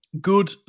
good